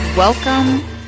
Welcome